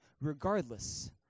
regardless